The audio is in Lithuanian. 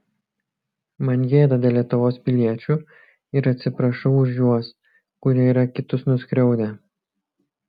man gėda dėl lietuvos piliečių ir atsiprašau už juos kurie yra kitus nuskriaudę